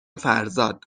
فرزاد